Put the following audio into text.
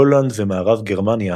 הולנד ומערב גרמניה